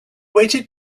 waited